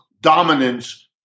dominance